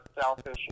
Selfish